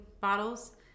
bottles